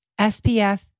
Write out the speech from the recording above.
SPF